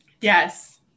yes